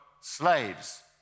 slaves